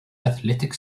athletic